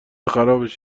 خرابش